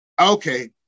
okay